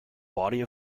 body